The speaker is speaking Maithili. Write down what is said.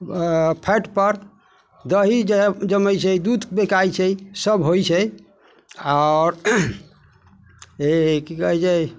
अऽ फैटपर दही जे हइ जमै छै दूध बिकाइ छै सब होइ छै आओर अँइ कि कहै छै